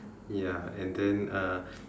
ya and then uh